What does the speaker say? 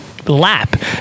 lap